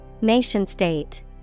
Nation-state